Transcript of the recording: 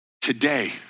Today